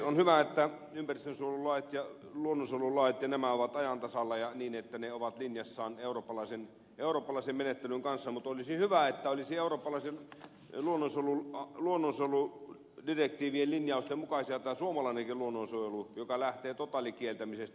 on hyvä että ympäristönsuojelulait ja luonnonsuojelulait ja nämä ovat ajan tasalla ja niin että ne ovat linjassa eurooppalaisen menettelyn kanssa mutta olisi hyvä että olisi eurooppalaisen luonnonsuojeludirektiivien linjausten mukainen tämä suomalainenkin luonnonsuojelu joka lähtee totaalikieltämisestä